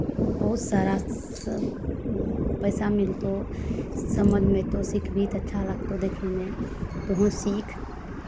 बहुत सारा सभ पैसा मिलतौ समझमे अयतौ सिखबिही तऽ अच्छा लगतौ देखैमे तोहूँ सीख